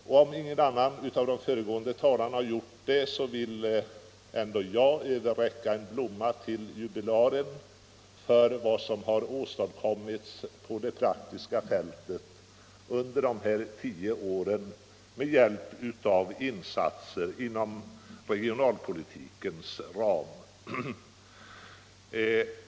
Eftersom ingen av de föregående talarna gjort det vill ändå jag överräcka en blomma till jubilaren för vad som har åstadkommits på det praktiska fältet under de här tio åren med hjälp av insatser inom regionalpolitikens ram.